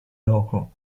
loco